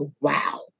wow